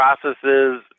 processes